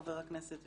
חבר הכנסת,